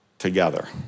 Together